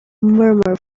murmur